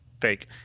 Fake